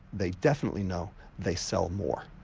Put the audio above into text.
they definitely know they sell more,